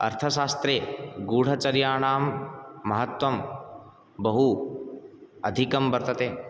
अर्थशास्त्रे गूढचर्याणां महत्वं बहु अधिकं वर्तते